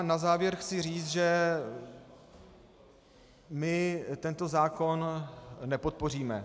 Na závěr chci říct, že my tento zákon nepodpoříme.